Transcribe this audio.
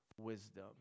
wisdom